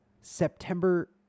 September